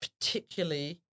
particularly